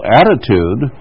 attitude